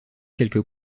quelques